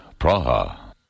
Praha